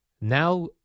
Now